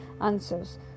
answers